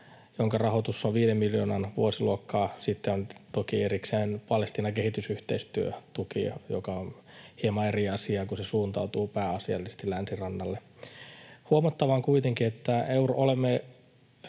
jonka rahoitus on viiden miljoonan vuosiluokkaa. Sitten on toki erikseen Palestiinan kehitysyhteistyötuki, joka on hieman eri asia, kun se suuntautuu pääasiallisesti Länsirannalle. Huomattava on kuitenkin, että olemme